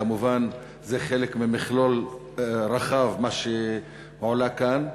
כמובן, זה חלק ממכלול רחב, מה שהועלה כאן.